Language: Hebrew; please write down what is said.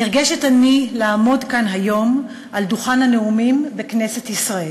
נרגשת אני לעמוד היום כאן על דוכן הנואמים בכנסת ישראל.